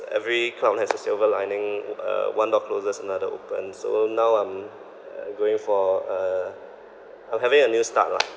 every cloud has a silver lining uh one door closes another opens so now I'm uh going for uh I'm having a new start lah